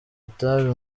itabi